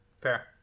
Fair